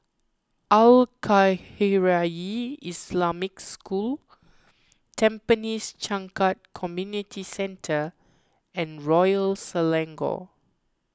Al Khairiah Islamic School Tampines Changkat Community Centre and Royal Selangor